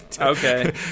Okay